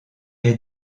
est